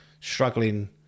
struggling